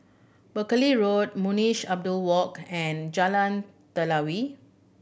Buckley Road Munshi Abdullah Walk and Jalan Telawi